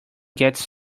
gets